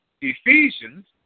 Ephesians